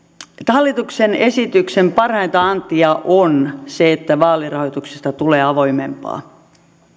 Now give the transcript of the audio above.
hallituksen esityksen parhainta antia on se että vaalirahoituksesta tulee avoimempaa